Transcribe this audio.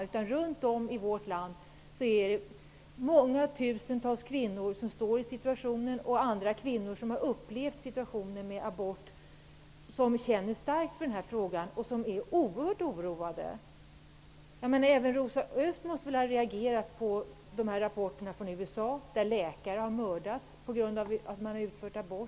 Det finns många tusentals kvinnor runt om i vårt land som befinner sig i den här situationen och andra kvinnor som har upplevt en abort som känner starkt för den frågan. De är oerhört oroade över detta. Även Rosa Östh måste väl ha reagerat på rapporterna från USA där läkare har mördats på grund av att de har utfört aborter.